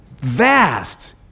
vast